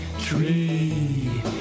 tree